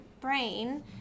brain